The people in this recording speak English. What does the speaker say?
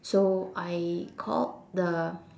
so I called the